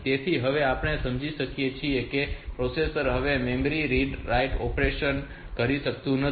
તેથી હવે આપણે સમજી શકીએ છીએ કે પ્રોસેસર હવે મેમરી રીડ રાઇટ ઓપરેશન્સ કરી શકતું નથી